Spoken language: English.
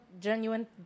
genuine